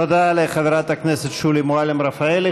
תודה לחברת הכנסת שולי מועלם-רפאלי.